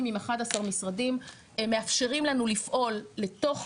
עם אחד עשר משרדים מאפשרים לנו לפעול לתוך,